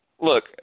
look